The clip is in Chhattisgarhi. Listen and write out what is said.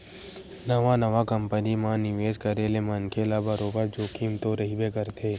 नवा नवा कंपनी म निवेस करे ले मनखे ल बरोबर जोखिम तो रहिबे करथे